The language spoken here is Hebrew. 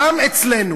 גם אצלנו.